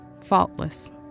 faultless